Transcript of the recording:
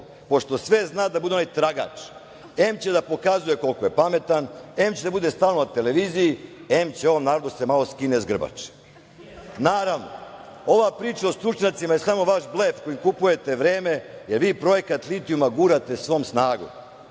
pošto sve zna da bude ona tragač. Em će da pokazuje koliko je pametan, em će da bude stalno na televiziji, em će ovom narodu da se malo skine sa grbače. Naravno, ova priča o stručnjacima je samo vaš blef kojim kupujete vreme, jer vi projekat litijuma gurate svom snagom.